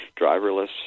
driverless